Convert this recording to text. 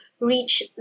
reach